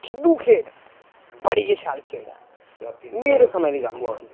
खिद्दू खेढ बड़ी गै शैल खेढ ऐ मेरे समें दी गल्ल कीती जाऽ